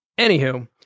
Anywho